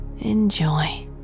Enjoy